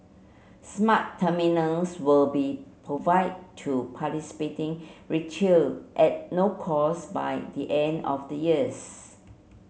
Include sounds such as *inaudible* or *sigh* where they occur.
smart terminals will be provide to participating *unintelligible* at no cost by the end of the years